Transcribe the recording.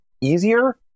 easier